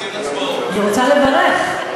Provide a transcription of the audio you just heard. אני רוצה לברך.